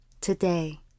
today